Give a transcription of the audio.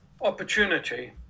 opportunity